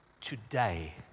today